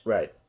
Right